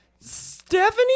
Stephanie